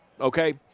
Okay